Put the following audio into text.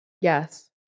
Yes